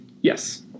Yes